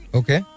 okay